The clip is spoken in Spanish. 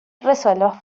reservas